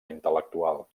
intel·lectual